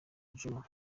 djuma